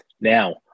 Now